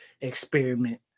experiment